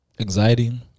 anxiety